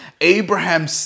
Abraham